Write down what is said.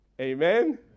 Amen